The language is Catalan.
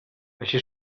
així